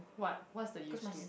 what what's the use to